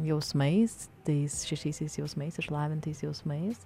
jausmais tais šešiaisiais jausmais išlavintais jausmais